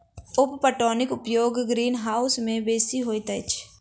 उप पटौनीक उपयोग ग्रीनहाउस मे बेसी होइत अछि